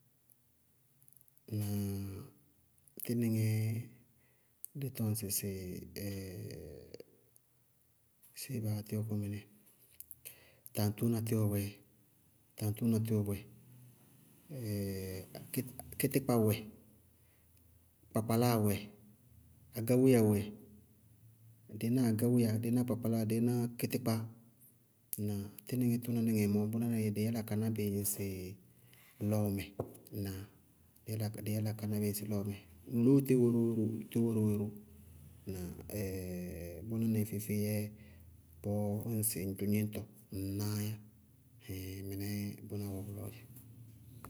tínɩŋɛ, dí tɔŋ sɩsɩ séé baá yá tíwɔ kʋ mɩní? Taŋtóóna tíwɔ wɛ, taŋtóóna tíwɔ wɛ, kítíkpà wɛ, kpakpláa wɛ, agáwéya wɛ, dɩí ná agáwéya dɩí ná kpakpláa, dɩí ná kítíkpà ŋnáa? Tínɩŋɛ tʋnáníŋɛ mɔɔ, bʋná nɩŋɛ dɩí yála ka ná bɩ ŋsɩ lɔɔmɛ, ŋnáa? Dɩí yála ka ná bɩ ŋsɩ lɔɔmɛ. Loóo tíwɔ ró wɛ ró ŋnáa? Ɛɛɛ bʋnáníŋɛ feé-feé yɛ bɔɔɔ ñŋsɩ ŋ dzʋ gníñtɔ, ŋñnáá. Ɛhɛɛŋ mɩnɛɛ bʋná wɛ bʋlɔɔ dzɛ.